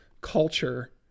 culture